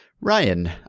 Ryan